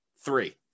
three